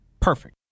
Perfect